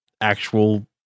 actual